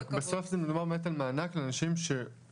רק בסוף זה מדובר באמת על מענק לאנשים שעובדים.